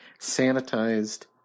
sanitized